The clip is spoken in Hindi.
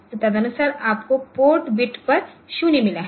तो तदनुसार आपको पोर्ट बीट पर 0 मिला है